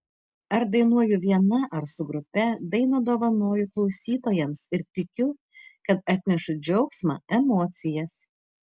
ar dainuoju viena ar su grupe dainą dovanoju klausytojams ir tikiu kad atnešu džiaugsmą emocijas